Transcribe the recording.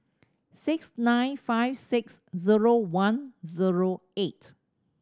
six nine five six zero one zero eight